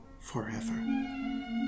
forever